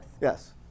Yes